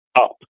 up